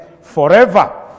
forever